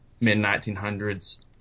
mid-1900s